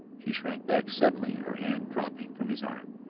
she shrank back suddenly, her hand dropping from his arm.